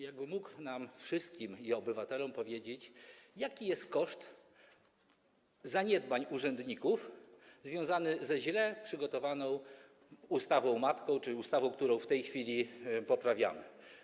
Jak by pan mógł nam wszystkim, obywatelom powiedzieć: Jaki jest koszt zaniedbań urzędników związany ze źle przygotowaną ustawą matką, którą w tej chwili poprawiamy?